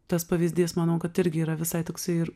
tas pavyzdys manau kad irgi yra visai toksai ir